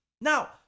Now